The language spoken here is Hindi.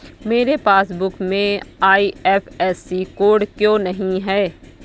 मेरे पासबुक में आई.एफ.एस.सी कोड क्यो नहीं है?